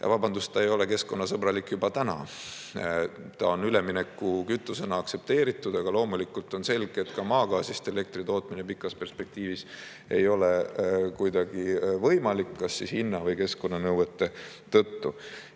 Vabandust, ta ei ole keskkonnasõbralik juba täna. Ta on üleminekukütusena aktsepteeritud, aga loomulikult on selge, et ka maagaasist elektri tootmine pikas perspektiivis ei ole kuidagi võimalik, kas siis hinna või keskkonnanõuete tõttu.